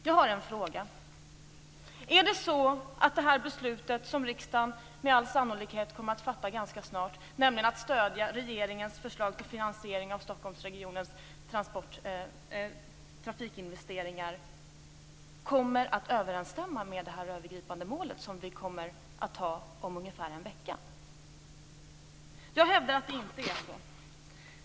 Jag har en fråga: Är det så att det beslut som riksdagen med all sannolikhet ganska snart kommer att fatta - det handlar då om att stödja regeringens förslag till finansiering av Stockholmsregionens trafikinvesteringar - överensstämmer med det här övergripande målet, som vi alltså kommer att ta om ungefär en vecka? Jag hävdar att det inte är så.